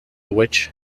which